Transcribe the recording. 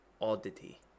oddity